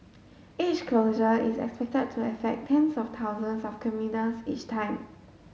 each closure is expected to affect tens of thousands of commuters each time